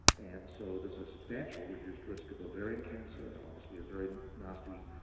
and so there's a substantial reduced risk of ovarian cancer, and obviously a very nasty,